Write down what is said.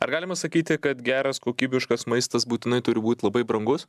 ar galima sakyti kad geras kokybiškas maistas būtinai turi būt labai brangus